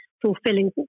fulfilling